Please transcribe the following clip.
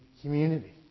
community